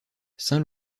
saint